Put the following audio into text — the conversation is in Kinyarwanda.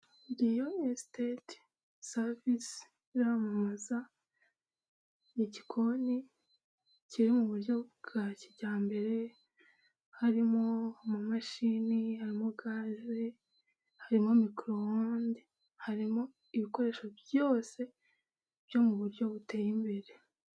Riyo esiteti savisi iramamaza igikoni kiri mu buryo bwa kijyambere harimo amamashini, harimo gaze harimo mikoro onde, harimo ibikoresho byose byo mu buryo buteye imbere.